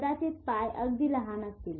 कदाचित पाय अगदी लहान असतील